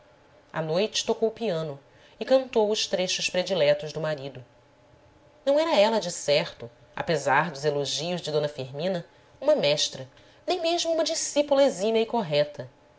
à noite tocou piano e cantou os trechos prediletos do ma rido não era ela decerto apesar dos elogios de d firmina uma mestra nem mesmo uma discípula exímia e correta